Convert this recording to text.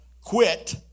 quit